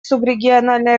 субрегиональные